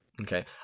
Okay